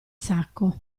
sacco